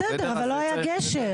בסדר אבל לא היה גשר.